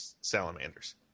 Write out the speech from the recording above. salamanders